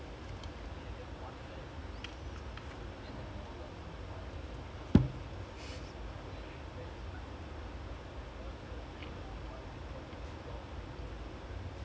I mean like just one guy they just they just have to hold on for a while and like like the way they went until that stage right they won four one then they completely dominated the inventors